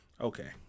Okay